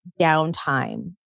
downtime